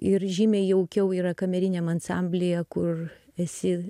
ir žymiai jaukiau yra kameriniam ansamblyje kur esi